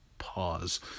pause